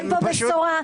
אין כאן בשורה.